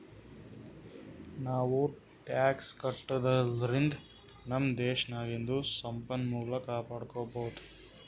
ನಾವೂ ಟ್ಯಾಕ್ಸ್ ಕಟ್ಟದುರ್ಲಿಂದ್ ನಮ್ ದೇಶ್ ನಾಗಿಂದು ಸಂಪನ್ಮೂಲ ಕಾಪಡ್ಕೊಬೋದ್